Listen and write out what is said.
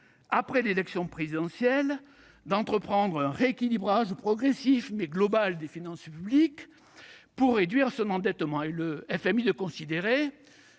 après l'élection présidentielle, « d'entreprendre un rééquilibrage progressif mais global des finances publiques » pour réduire son endettement. Et le FMI de considérer